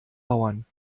bauern